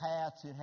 hats